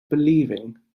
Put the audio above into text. believing